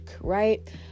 right